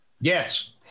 Yes